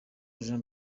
jean